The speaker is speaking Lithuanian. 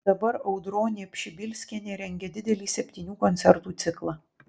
dabar audronė pšibilskienė rengia didelį septynių koncertų ciklą